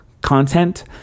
content